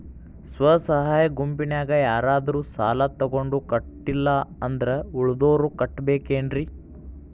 ಸ್ವ ಸಹಾಯ ಗುಂಪಿನ್ಯಾಗ ಯಾರಾದ್ರೂ ಸಾಲ ತಗೊಂಡು ಕಟ್ಟಿಲ್ಲ ಅಂದ್ರ ಉಳದೋರ್ ಕಟ್ಟಬೇಕೇನ್ರಿ?